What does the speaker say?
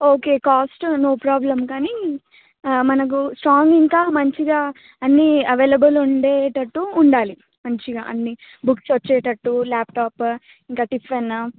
okay cost no problem కానీ మనకు strong ఇంకా మంచిగా అన్ని అవైలబుల్ ఉండేటట్టు ఉండాలి మంచిగా అన్ని బుక్స్ వచ్చేటట్టు ల్యాప్టాప్ ఇంకా టిఫిన్